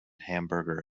hamburger